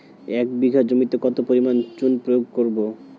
এক বিঘা জমিতে কত পরিমাণ চুন প্রয়োগ করব?